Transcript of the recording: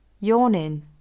Yawning